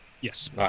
Yes